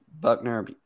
Buckner